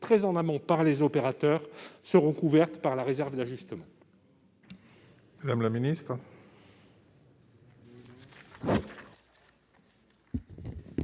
très en amont par les opérateurs seront couvertes par la réserve d'ajustement